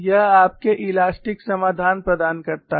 यह आपके इलास्टिक समाधान प्रदान करता है